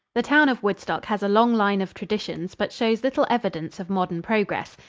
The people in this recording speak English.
the town of woodstock has a long line of traditions, but shows little evidence of modern progress.